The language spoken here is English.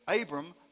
Abram